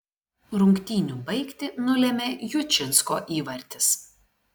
rungtynių baigtį nulėmė jučinsko įvartis